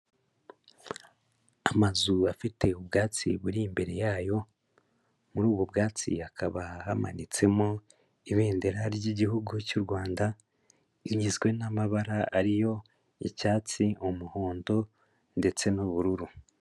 Amazu afite ubwatsi buri imbere yayo, muri ubu bwatsi hakaba hamanitsemo ibendera ry'igihugu cy'u Rwanda igizwe n'amabara ari yo icyatsi, umuhondo ndetse n'ubururu.